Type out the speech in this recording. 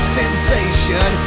sensation